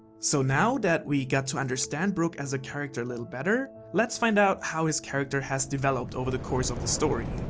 so now that we got to understand brook as a character a little better, let's find out how his character has developed over the course of the story.